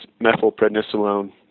methylprednisolone